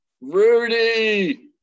Rudy